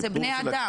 אלה בני אדם.